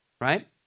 right